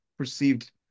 perceived